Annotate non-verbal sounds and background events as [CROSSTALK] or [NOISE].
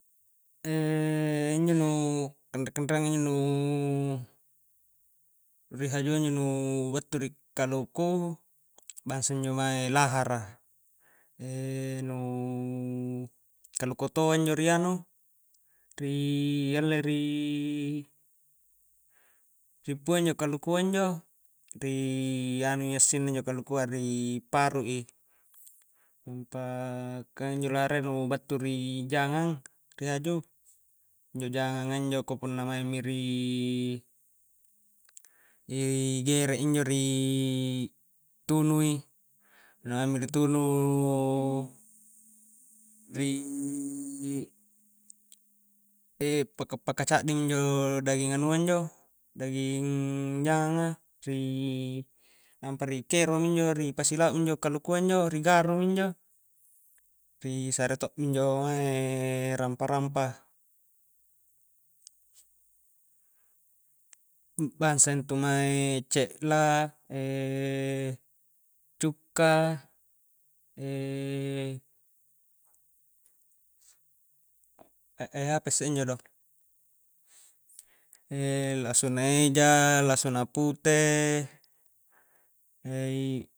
[HESITATION] injo nuuu kanre-kanreang a nuuu rihajua injo nuuu battu rikaluku bangsa injo mae lahara, [HESITATION] nu [HESITATION] kaluku toa injo ri anu ri alle ri pue injo kalukua injo riii anui assinna injo kalukua riii paru i nampa ka injo lahara iya nu battu ri jangang ri haju, injo jangang a injo ka punna maing mi ri gere injo ri tunui punna maing mi di tunu ri [HESITATION] paka-paka caddi minjo daging anua injo daging jangang a rii, nampa ri kero minjo ri pasi lau mi kalukua injo ri garu minjo ri sare to minjo mae rampa-rampa bangsa intu mae ce'la [HESITATION] cukka [HESITATION] apa isse injo do [HESITATION] lasuna eja, lasuna pute [HESITATION]